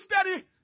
steady